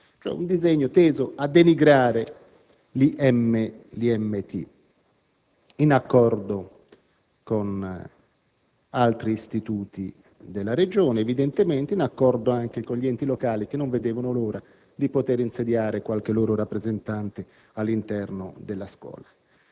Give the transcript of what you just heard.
di un disegno teso a denigrare l'IMT, in accordo con altri istituti della Regione ed evidentemente anche in accordo con gli enti locali, che non vedevano l'ora di poter insediare qualche loro rappresentante all'interno della Scuola.